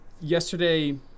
yesterday